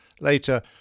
Later